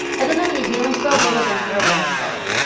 i don't have any healing spells other than cure wounds, though.